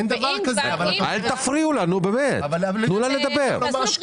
אל תפריעו לה, תנו לה לדבר.